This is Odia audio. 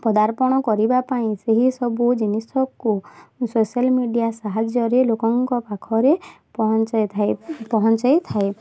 ପଦାର୍ପଣ କରିବା ପାଇଁ ସେହିସବୁ ଜିନିଷକୁ ସୋସିଆଲ୍ ମିଡ଼ିଆ ସାହାଯ୍ୟରେ ଲୋକଙ୍କ ପାଖରେ ପହଞ୍ଚାଇ ଥାଏ ପହଞ୍ଚାଇ ଥାଏ